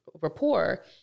rapport